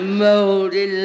moldy